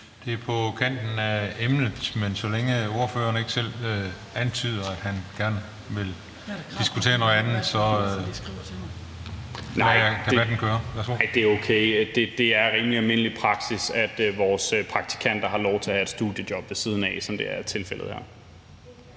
Det er på kanten af emnet, men så længe ordføreren ikke selv antyder, at han gerne vil diskutere noget andet, så lader jeg den køre. Værsgo. Kl. 21:05 Carl Valentin (SF): Det er okay. Det er rimelig almindelig praksis, at vores praktikanter har lov til at have et studiejob ved siden af, som det er tilfældet her.